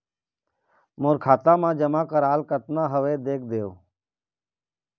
मोर खाता मा जमा कराल कतना हवे देख देव?